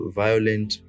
violent